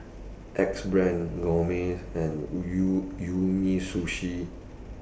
Axe Brand Gourmet and U Umisushi